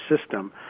system